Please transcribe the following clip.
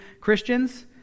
Christians